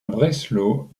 breslau